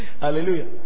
Hallelujah